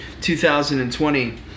2020